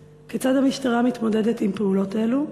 1. כיצד מתמודדת המשטרה עם פעולות אלו?